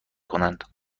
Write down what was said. کنند